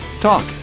Talk